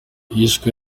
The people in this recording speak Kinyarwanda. hishwe